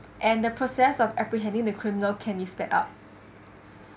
and the process of apprehending the criminal can be sped up